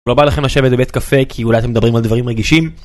לא בא לכם לשבת בבית קפה כי אולי אתם מדברים על דברים רגישים.